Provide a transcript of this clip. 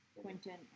Quentin